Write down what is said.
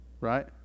right